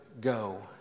go